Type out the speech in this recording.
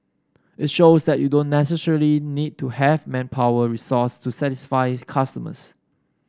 it shows that you don't necessarily need to have manpower resource to satisfy customers